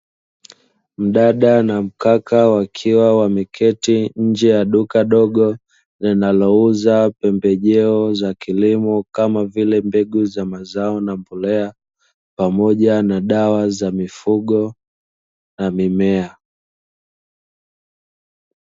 Mdada na mkaka wakiwa wameketi nje ya duka dogo linalouza pembejeo za kilimo kama vile mbegu za mazao na mbolea pamoja na dawa za mifugo na mimea.